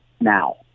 now